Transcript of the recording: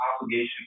obligation